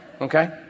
Okay